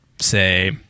say